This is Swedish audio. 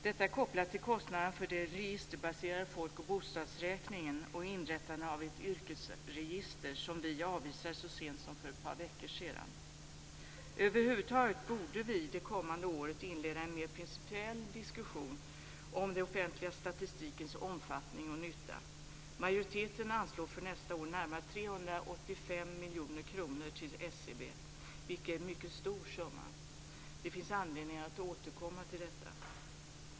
Detta är kopplat till kostnaden för den registerbaserade Folk och bostadsräkningen och inrättandet av ett yrkesregister, som vi avvisade så sent som för ett par veckor sedan. Över huvud taget borde vi det kommande året inleda en mer principiell diskussion om den offentliga statistikens omfattning och nytta. Majoriteten anslår för nästa år närmare 385 miljoner kronor till SCB, vilket är en mycket stor summa. Det finns anledning att återkomma till detta.